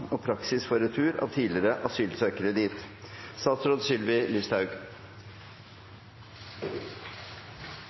og praksis for retur av tidlegare asylsøkjarar dit,